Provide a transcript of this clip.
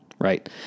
Right